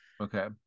Okay